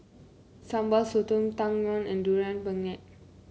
Sambal Sotong Tang Yuen and Durian Pengat